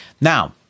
Now